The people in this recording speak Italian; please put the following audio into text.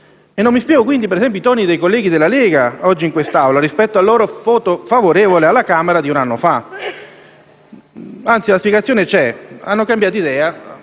Non mi spiego, quindi, i toni dei colleghi della Lega Nord oggi in quest'Aula rispetto al loro voto alla Camera di un anno fa. Anzi, una spiegazione c'è: hanno cambiato idea